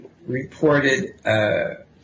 Reported